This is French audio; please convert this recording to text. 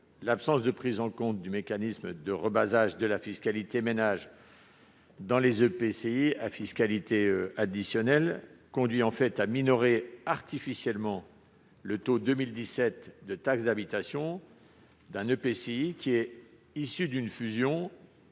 L'absence de prise en compte du mécanisme de « rebasage » de la fiscalité ménages dans les EPCI à fiscalité additionnelle conduit en effet à minorer artificiellement le taux 2017 de taxe d'habitation d'un EPCI issu d'une fusion